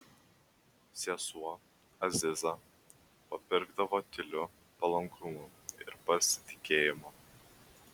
sesuo aziza papirkdavo tyliu palankumu ir pasitikėjimu